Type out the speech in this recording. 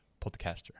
Podcaster